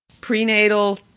Prenatal